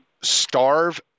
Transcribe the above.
starve